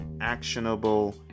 actionable